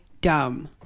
dumb